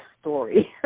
story